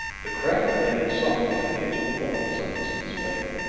the craft landed softly on the edge of the lawn, some distance away.